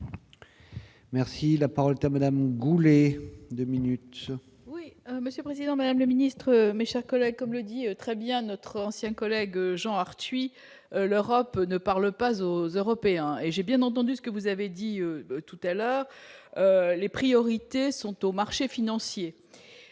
Merci, la parole ta Madame Goulet 2 minutes. Oui, Monsieur le Président, Madame le Ministre, mes chers collègues, comme le dit très bien notre ancien collègue Jean Arthuis, l'Europe ne parle pas aux Européens, et j'ai bien entendu ce que vous avez dit tout à l'heure, les priorités sont aux marchés financiers,